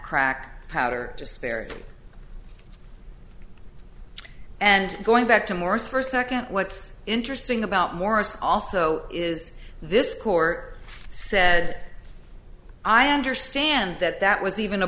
crack powder disparity and going back to morris first second what's interesting about morris also is this court said i understand that that was even a